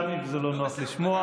גם אם זה לא נוח לשמוע,